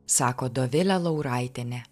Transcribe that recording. sako dovilė lauraitienė